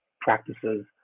practices